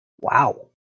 Wow